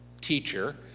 teacher